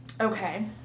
okay